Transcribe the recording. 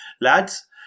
lads